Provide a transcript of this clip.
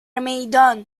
میدان